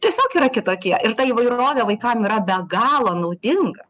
tiesiog yra kitokie ir ta įvairovė vaikam yra be galo naudinga